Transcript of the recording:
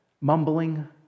mumbling